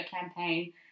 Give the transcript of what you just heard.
campaign